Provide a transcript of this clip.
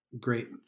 great